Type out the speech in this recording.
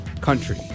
country